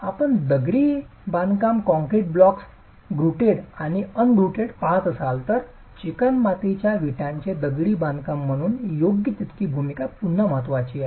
आपण ब्लॉक दगडी बांधकाम कॉंक्रीट ब्लॉक्स ग्रुटेड आणि अन ग्रॅटेड पाहत असाल तर चिकणमातीच्या विटांचे दगडी बांधकाम म्हणून योग्य तितकी भूमिका पुन्हा महत्त्वाची नाही